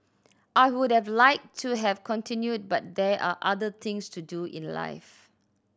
I would have liked to have continued but there are other things to do in life